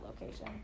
location